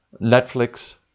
Netflix